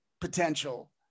potential